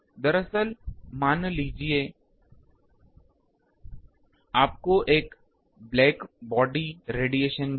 दरअसल मान लीजिए कि आपको ब्लैक बॉडी रेडिएशन मिलेगा